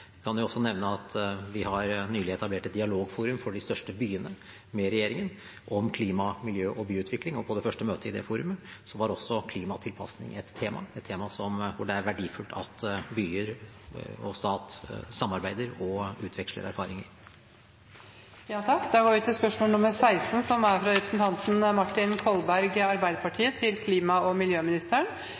Jeg kan også nevne at vi nylig har etablert et dialogforum for de største byene og regjeringen om klima, miljø og byutvikling. På det første møtet i det forumet var klimatilpasning et tema – et tema som det er verdifullt at byer og stat samarbeider og utveksler erfaringer om. Dette spørsmålet, fra representanten Martin Kolberg til klima- og miljøministeren, vil bli besvart av samferdselsministeren som rette vedkommende. Det er